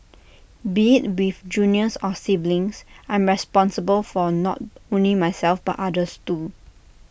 be IT with juniors or siblings I'm responsible for not only myself but others too